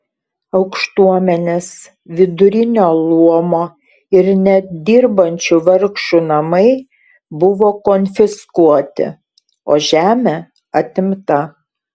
aukštuomenės vidurinio luomo ir net dirbančių vargšų namai buvo konfiskuoti o žemė atimta